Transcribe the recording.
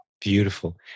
Beautiful